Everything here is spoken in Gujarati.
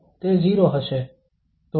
તે 0 હશે